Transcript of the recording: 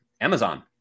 amazon